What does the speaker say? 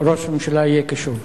ראש הממשלה יהיה קשוב.